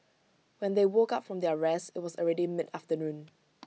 when they woke up from their rest IT was already mid afternoon